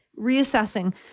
reassessing